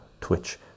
twitch